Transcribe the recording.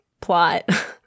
plot